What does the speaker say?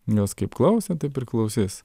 jos kaip klauso taip ir klausys